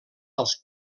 als